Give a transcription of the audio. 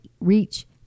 reach